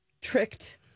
tricked